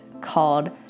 called